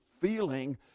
feeling